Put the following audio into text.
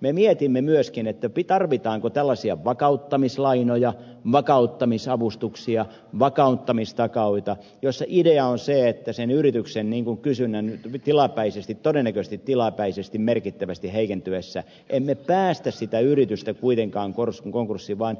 me mietimme myöskin tarvitaanko tällaisia vakauttamislainoja vakauttamisavustuksia vakauttamistakuita joissa idea on se että sen yrityksen kysynnän merkittävästi heikentyessä todennäköisesti tilapäisesti emme päästä sitä yritystä kuitenkaan konkurssiin vaan